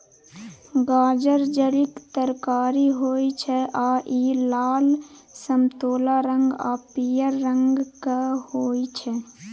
गाजर जड़िक तरकारी होइ छै आ इ लाल, समतोला रंग आ पीयर रंगक होइ छै